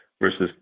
versus